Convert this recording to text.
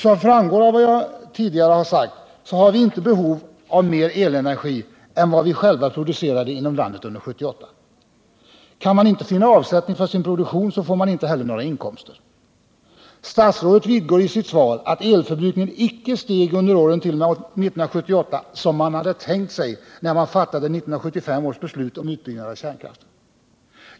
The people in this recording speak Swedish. Som framgår av vad jag tidigare sagt har vi inte behov av mer elenergi än vad vi själva producerade inom landet under 1978. Kan man inte finna avsättning för sin produktion, så får man inte heller några inkomster. Statsrådet vidgår i sitt svar att elförbrukningen icke steg under åren t.o.m. 1978 som man hade tänkt sig när man fattade 1975 års beslut om utbyggnad av kärnkraften.